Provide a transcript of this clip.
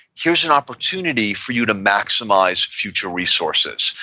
here's an opportunity for you to maximize future resources.